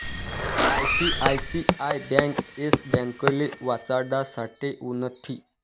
ICICI bank Yes ब्यांकले वाचाडासाठे उनथी